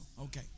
okay